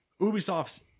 Ubisoft's